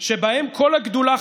שבהם כל הגדולה",